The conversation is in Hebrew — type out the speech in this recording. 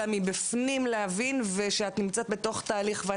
אלא מבפנים להבין ושאת נמצאת בתוך תהליך ואת,